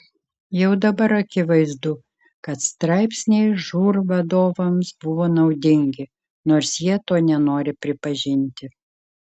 jau dabar akivaizdu kad straipsniai žūr vadovams buvo naudingi nors jie to nenori pripažinti